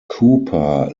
cooper